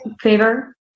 favor